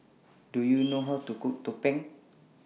Do YOU know How to Cook Tumpeng